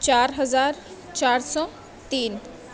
چار ہزار چار سو تین